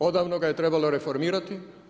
Odavno ga je trebalo reformirati.